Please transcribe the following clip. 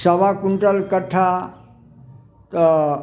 सवा क्विण्टल कठ्ठा तऽ